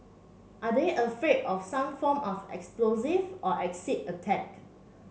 are they afraid of some form of explosive or acid attack